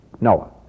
Noah